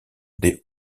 des